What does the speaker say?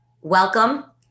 welcome